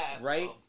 Right